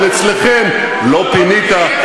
אבל אצלכם: לא פינית,